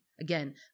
Again